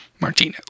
Martino